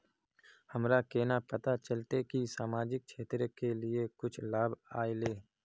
हमरा केना पता चलते की सामाजिक क्षेत्र के लिए कुछ लाभ आयले?